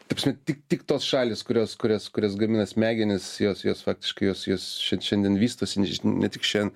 ta prasme tik tik tos šalys kurios kurias kurios gamina smegenis jos jos faktiškai jos jos šiandien vystosi ne tik šiandien